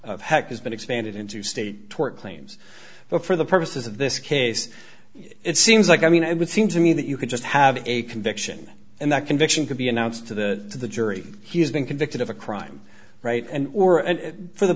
e hack has been expanded into state tort claims but for the purposes of this case it seems like i mean it would seem to me that you could just have a conviction and that conviction could be announced to the jury he has been convicted of a crime right and or and for the